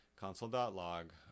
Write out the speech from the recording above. console.log